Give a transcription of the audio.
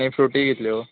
आनी फ्रुटी कितल्यो